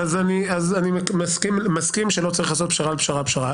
אני מסכים שלא צריך לעשות פשרה על פשרה על פשרה.